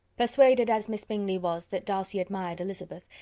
persuaded as miss bingley was that darcy admired elizabeth,